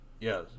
yes